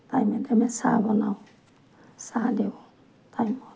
টাইমে টাইমে চাহ বনাওঁ চাহ দিওঁ টাইমত